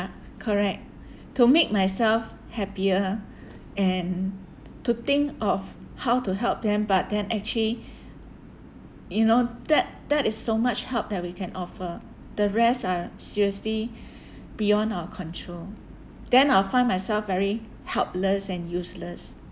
correct to make myself happier and to think of how to help them but then actually you know that that it so much help that we can offer the rest are seriously beyond our control then I'll find myself very helpless and useless